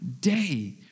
day